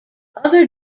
other